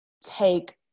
take